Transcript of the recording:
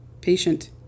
Patient